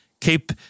keep